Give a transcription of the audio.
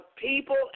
people